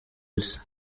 elsa